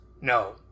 No